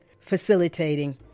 facilitating